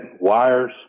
wires